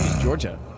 Georgia